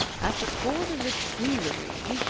at the court of the tuileries,